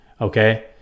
Okay